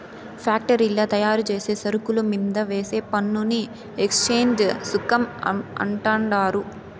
ఫ్యాక్టరీల్ల తయారుచేసే సరుకుల మీంద వేసే పన్నుని ఎక్చేంజ్ సుంకం అంటండారు